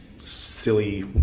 silly